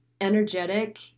energetic